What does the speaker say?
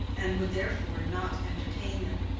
and would therefore not entertain them.